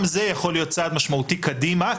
גם זה יכול להיות צעד משמעותי קדימה,